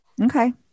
Okay